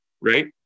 right